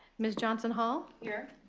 ms. johnson hall. here.